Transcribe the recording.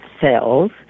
cells